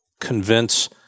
convince